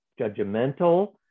judgmental